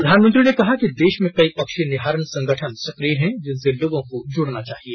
प्रधानमंत्री ने कहा कि देश में कई पक्षी निहारन संगठन सक्रिय हैं जिनसे लोगों को जुड़ना चाहिए